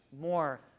more